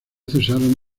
cesaron